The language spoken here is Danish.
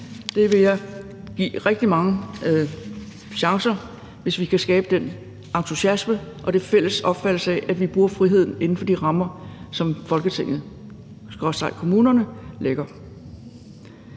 Det vil jeg give rigtig mange chancer, hvis vi kan skabe den entusiasme og den fælles opfattelse af, at vi bruger friheden inden for de rammer, som Folketinget/kommunerne lægger.